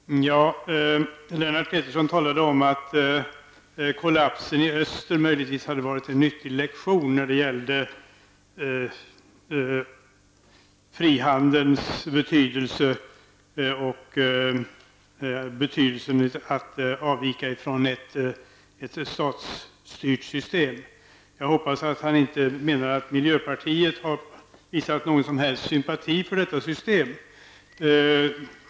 Fru talman! Lennart Pettersson talade om att kollapsen i öster möjligtvis hade varit en nyttig lektion när det gäller frihandelns betydelse och betydelsen av att avvika från ett statsstyrt system. Jag hoppas att han inte menade att miljöpartiet har visat någon som helst sympati för detta system.